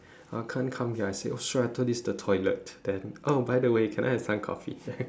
uh can't come here I say oh sorry I thought this the toilet then oh by the way can I have some coffee